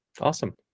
Awesome